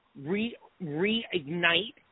reignite